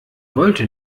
wollte